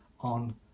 on